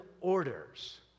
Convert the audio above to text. orders